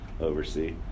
oversee